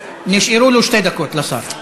נשארו לו שתי דקות, לשר.